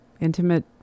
intimate